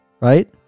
right